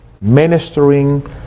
ministering